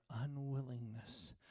unwillingness